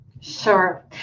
Sure